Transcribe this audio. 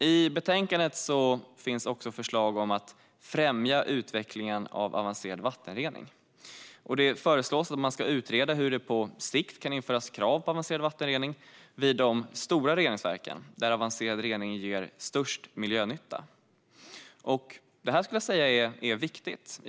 I betänkandet behandlas också förslag om att främja utvecklingen av avancerad vattenrening. Det föreslås att man ska utreda hur det på sikt kan införas krav på avancerad rening vid de stora reningsverken, där avancerad rening ger störst miljönytta. Detta är viktigt.